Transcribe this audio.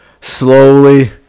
slowly